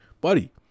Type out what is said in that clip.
buddy